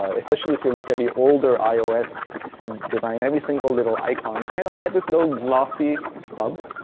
ah especially if you look at the older ios design. every single little icon kind of had this little glossy bump.